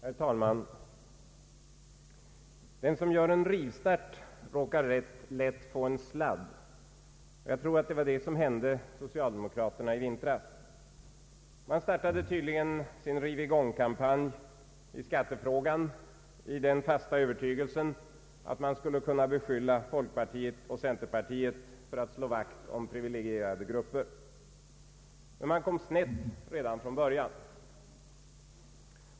Herr talman! Den som gör en rivstart råkar lätt få en sladd. Jag tror att det var det som hände socialdemokraterna i vintras. Men startade tydligen sin riv-i-gång-kampanj i skattefrågan i den fasta övertygelsen att man skulle kunna beskylla folkpartiet och centerpartiet för att slå vakt om privilegierade grupper. Men man kom snett redan från början.